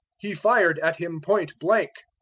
he fired at him point blank.